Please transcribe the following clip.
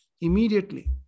immediately